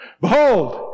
Behold